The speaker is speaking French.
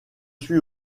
suis